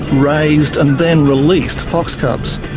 raised and then released fox cubs.